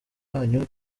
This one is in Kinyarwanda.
wanyu